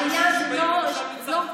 עלייה היא לא חד-שלבית.